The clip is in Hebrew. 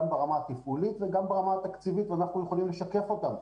גם ברמה התפעולית וגם ברמה התקציבית ואנחנו יכולים לשקף אותם.